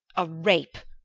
a rape!